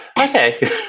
Okay